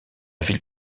ville